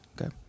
okay